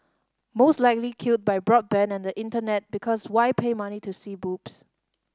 most likely killed by broadband and the Internet because why pay money to see boobs